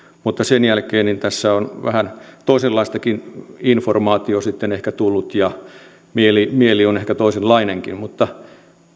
mutta sen jälkeen tässä on vähän toisenlaistakin informaatiota sitten ehkä tullut ja mieli mieli on ehkä toisenlainenkin mutta